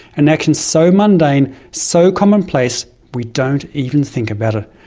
an action so mundane, so commonplace, we don't even think about it.